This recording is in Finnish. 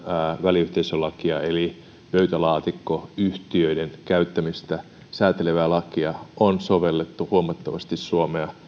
väliyhteisölakia eli pöytälaatikkoyhtiöiden käyttämistä säätelevää lakia on sovellettu huomattavasti suomea